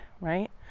right